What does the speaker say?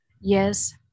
Yes